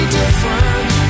different